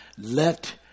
let